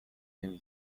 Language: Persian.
نمی